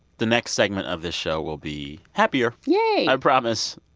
the next segment of this show will be happier yay i promise.